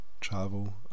travel